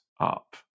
up